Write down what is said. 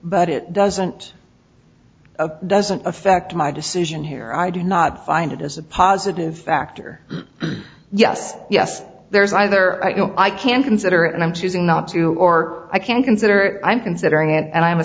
but it doesn't doesn't affect my decision here i do not find it as a positive factor yes yes there's either i can consider it and i'm choosing not to or i can't consider it i'm considering it and i'm a